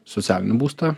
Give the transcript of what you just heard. socialinį būstą